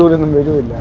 sort of the middle of